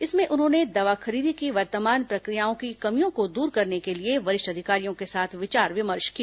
इसमें उन्होंने दवा खरीदी की वर्तमान प्रक्रिया की कमियों को दूर करने के लिए वरिष्ठ अधिकारियों के साथ विचार विमर्श किया